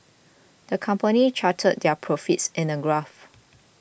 the company charted their profits in a graph